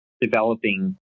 developing